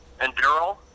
Enduro